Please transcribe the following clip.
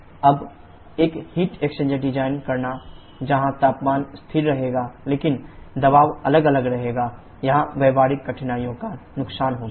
अब एक heat exchanger design करना जहां तापमान स्थिर रहेगा लेकिन दबाव अलग अलग रहेगा यहां व्यावहारिक कठिनाइयों का नुकसान होता है